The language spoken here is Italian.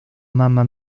mamma